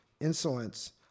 insolence